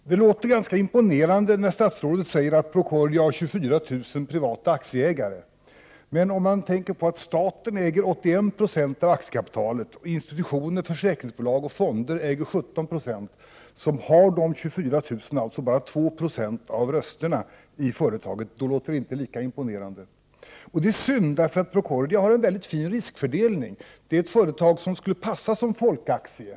Herr talman! Det låter ganska imponerande när statsrådet säger att Procordia har 24 000 privata aktieägare. Men om man tänker på att staten äger 81 9 av aktiekapitalet och institutioner, försäkringsbolag och fonder äger 17 90, har de 24 000 privata ägarna alltså bara 2 90 av rösterna i företaget. Då låter det inte lika imponerande. Det är synd, för Procordia har en mycket fin riskfördelning. Det är ett företag som skulle passa om man ville ha en folkaktie.